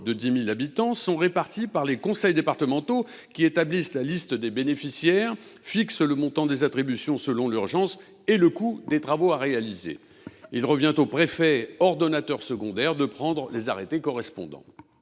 de 10 000 habitants sont réparties par les conseils départementaux, qui établissent la liste des bénéficiaires et fixent le montant des attributions selon l’urgence et le coût des travaux à réaliser. Il revient aux préfets, ordonnateurs secondaires, de prendre les arrêtés correspondants.